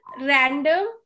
random